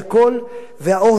והאוהל שנפתח עכשיו.